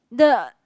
the